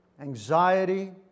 anxiety